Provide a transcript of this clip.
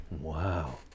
Wow